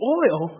oil